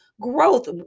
growth